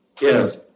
Yes